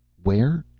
where